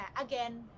again